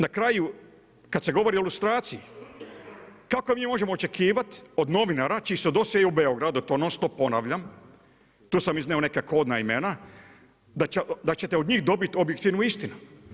Na kraju kad se govori o lustraciji, kako mi možemo očekivati od novinara čiji su dosjei u Beogradu, to non-stop ponavljam, tu sam iznio neka kodna imena, da ćete od njih dobiti objektivnu istinu.